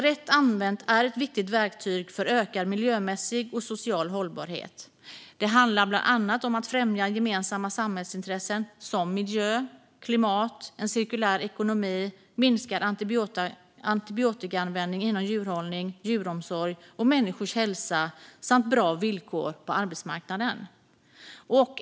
Rätt använt är den ett viktigt verktyg för ökad miljömässig och social hållbarhet. Det handlar bland annat om att främja gemensamma samhällsintressen som miljö, klimat, en cirkulär ekonomi, minskad antibiotikaanvändning inom djurhållning, djuromsorg och människors hälsa samt bra villkor på arbetsmarknaden.